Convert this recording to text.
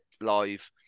live